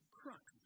crux